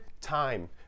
time